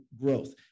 growth